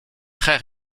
très